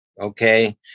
okay